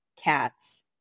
cats